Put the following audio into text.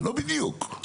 לא בדיוק.